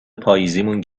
پاییزیمون